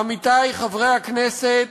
עמיתי חברי הכנסת,